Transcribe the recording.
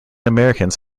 americans